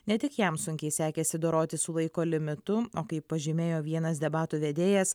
ne tik jam sunkiai sekėsi dorotis su laiko limitu o kaip pažymėjo vienas debatų vedėjas